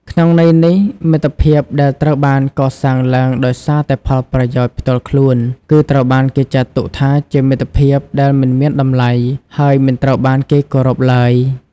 ក្នុងន័យនេះ មិត្តភាពដែលត្រូវបានកសាងឡើងដោយសារតែផលប្រយោជន៍ផ្ទាល់ខ្លួនគឺត្រូវបានគេចាត់ទុកថាជាមិត្តភាពដែលមិនមានតម្លៃ ហើយមិនត្រូវបានគេគោរពឡើយ។